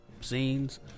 scenes